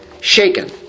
shaken